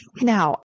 Now